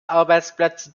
arbeitsplätze